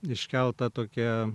iškelta tokia